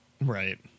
Right